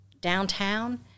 downtown